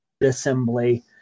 assembly